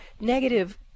negative